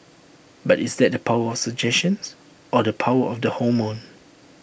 but is that the power of suggestion or the power of the hormone